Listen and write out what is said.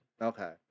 Okay